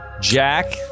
Jack